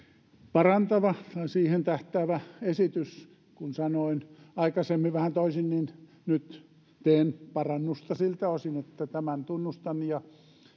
parantava siihen tähtäävä esitys kun sanoin aikaisemmin vähän toisin niin nyt teen parannusta siltä osin että tämän tunnustan ja